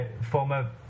former